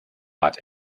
bat